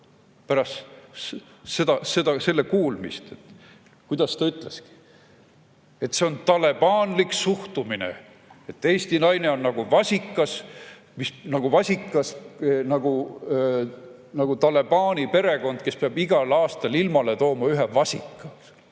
pärast selle kuulmist. Kuidas ta ütleski? "See on talibanilik suhtumine, et eesti naine on nagu vasikas, nagu Talibani perekond, kes peab igal aastal ilmale tooma ühe vasika."